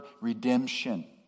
redemption